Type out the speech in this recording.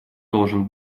должен